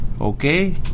Okay